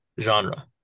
genre